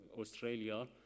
Australia